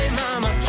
mama